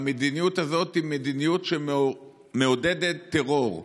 והמדיניות הזאת היא מדיניות שמעודדת טרור,